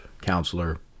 counselor